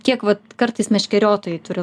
kiek vat kartais meškeriotojai turi